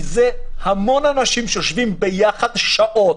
כי המון אנשים יושבים ביחד שעות,